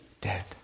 dead